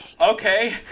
okay